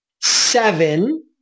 seven